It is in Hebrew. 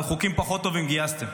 על חוקים פחות טובים גייסתם.